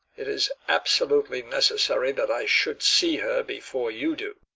it is absolutely necessary that i should see her before you do.